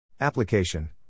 Application